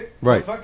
right